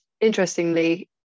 interestingly